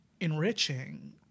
enriching